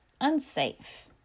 unsafe